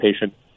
patient